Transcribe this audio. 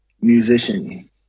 musician